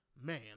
Man